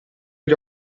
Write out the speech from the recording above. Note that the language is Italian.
gli